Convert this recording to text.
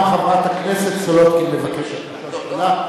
גם חברת הכנסת סולודקין מבקשת לשאול שאלה.